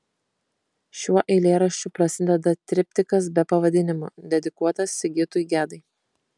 šiuo eilėraščiu prasideda triptikas be pavadinimo dedikuotas sigitui gedai